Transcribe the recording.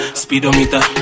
speedometer